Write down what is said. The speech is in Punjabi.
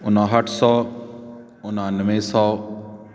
ਉਨਾਹਠ ਸੌ ਉਨਾਨਵੇਂ ਸੌ